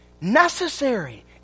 Necessary